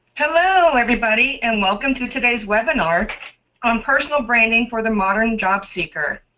hello everybody! and welcome to today's webinar on personal branding for the modern job seeker.